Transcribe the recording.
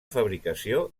fabricació